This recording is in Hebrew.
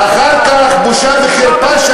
בושה וחרפה.